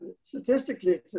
Statistically